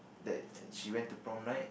that she went to prom night